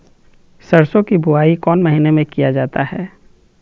सरसो की बोआई कौन महीने में किया जाता है?